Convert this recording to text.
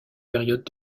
périodes